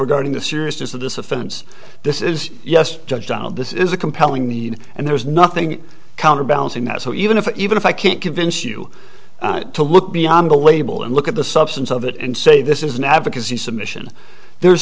regarding the seriousness of this offense this is yes judge down this is a compelling need and there's nothing counterbalancing that so even if even if i can't convince you to look beyond the label and look at the substance of it and say this is an advocacy submission there's